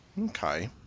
Okay